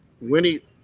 Winnie